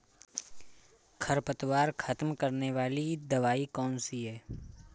खरपतवार खत्म करने वाली दवाई कौन सी है?